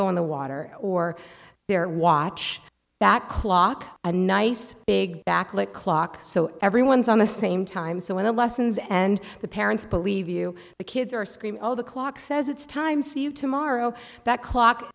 go in the water or their watch that clock a nice big backlit clock so everyone's on the same time so when the lessons and the parents believe you the kids are screaming all the clock says it's time see you tomorrow that clock